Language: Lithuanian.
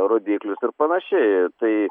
rodiklius ir panašiai tai